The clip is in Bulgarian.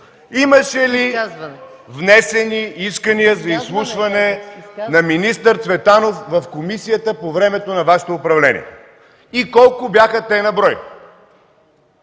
имаше ли внесени искания за изслушване на министър Цветанов в комисията по времето на Вашето управление и колко бяха те на брой?